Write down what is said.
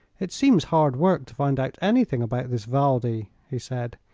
it seems hard work to find out anything about this valdi, he said.